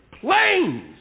planes